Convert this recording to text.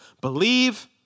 believe